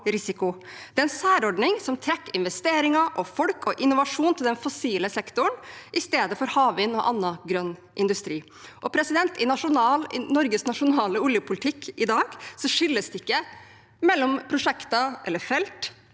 Det er en særordning som trekker investeringer, folk og innovasjon til den fossile sektoren i stedet for til havvind og annen grønn industri. I Norges nasjonale oljepolitikk i dag skilles det ikke mellom prosjekter eller felt